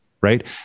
right